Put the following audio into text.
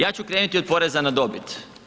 Ja ću krenuti od poreza na dobit.